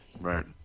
right